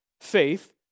Faith